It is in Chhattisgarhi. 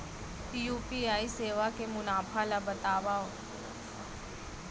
यू.पी.आई सेवा के मुनाफा ल बतावव?